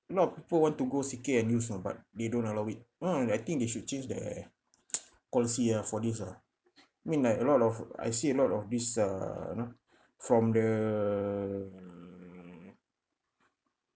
a lot of people want to go C_K and use you know but they don't allow it uh I think they should change their policy ah for this ah I mean like a lot of I see a lot of this uh you know from the